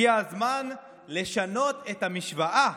הגיע הזמן לשנות את המשוואה,